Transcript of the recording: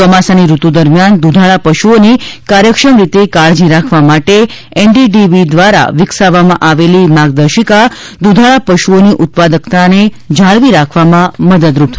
ચોમાસાની ઋતુ દરમિયાન દૂધાળા પશુઓની કાર્યક્ષમ રીતે કાળજી રાખવા માટે એનડીડીબી દ્વારા વિકસાવવામાં આવેલી એડવાઇઝરી દૂધાળા પશુઓની ઉત્પાદકતાને જાળવી રાખવામાં મદદરૂપ થશે